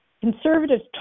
conservatives